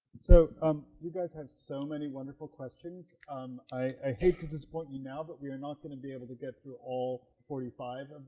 so, um you guys have so many wonderful questions um i hate to disappoint you now, but we are not going to be able to get through all forty five